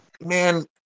man